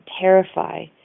terrify